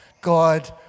God